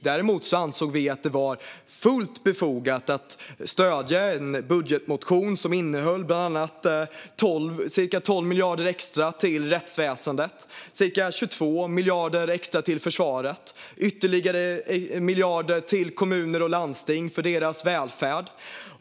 Däremot ansåg vi att det var fullt befogat att stödja en budgetmotion som innehöll bland annat ca 12 miljarder extra till rättsväsendet, ca 22 miljarder extra till försvaret och ytterligare miljarder till kommuner och landsting för deras välfärd.